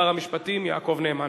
שר המשפטים יעקב נאמן.